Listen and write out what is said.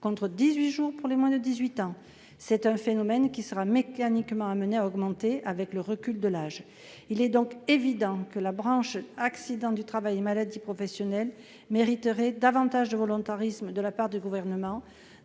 contre 18 jours pour les moins de 18 ans. Ce phénomène sera mécaniquement amené à augmenter avec le recul de l'âge de départ. Il est donc évident que la branche accidents du travail et maladies professionnelles mériterait davantage de volontarisme de la part du Gouvernement.